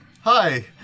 hi